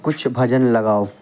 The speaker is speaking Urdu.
کچھ بھجن لگاؤ